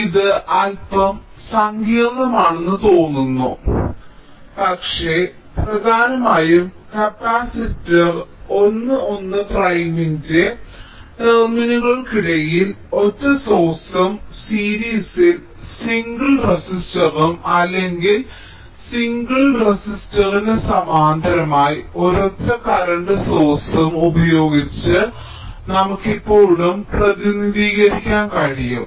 ഇത് അൽപ്പം സങ്കീർണ്ണമാണെന്ന് തോന്നുന്നു പക്ഷേ പ്രധാനമായും കപ്പാസിറ്റർ 1 1 പ്രൈമിന്റെ ടെർമിനലുകൾക്കിടയിൽ ഒറ്റ സോഴ്സ്ഉം സീരീസിൽ സിംഗിൾ റെസിസ്റ്ററും അല്ലെങ്കിൽ സിംഗിൾ റെസിസ്റ്ററിന് സമാന്തരമായി ഒരൊറ്റ കറന്റ് സോഴ്സ്ഉം ഉപയോഗിച്ച് നമുക്ക് ഇപ്പോഴും പ്രതിനിധീകരിക്കാൻ കഴിയും